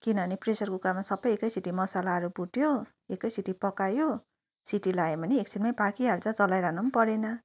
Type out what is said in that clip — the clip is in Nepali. किनभने प्रेसर कुकरमा सबै एकैचोटि मसलाहरू भुट्यो एकै सिटी पकायो सिटी लगायो भने एकछिन्मै पाकिहाल्छ चलाइरहनु पनि परेन